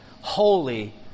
holy